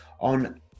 on